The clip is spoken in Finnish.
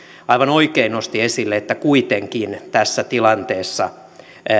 oikein nosti esille että kuitenkin tässä tilanteessa